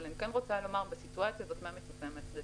אבל אני כן רוצה לומר בסיטואציה הזו מה מצופה מהצדדים.